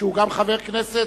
שהוא גם חבר הכנסת,